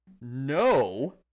no